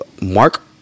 Mark